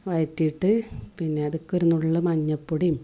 വയറ്റിയിട്ട് പിന്നെ അതിലേക്കൊരു നുള്ള് മഞ്ഞൾപ്പൊടിയും